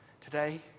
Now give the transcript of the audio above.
today